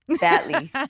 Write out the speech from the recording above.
badly